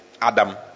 Adam